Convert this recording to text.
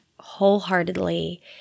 Wholeheartedly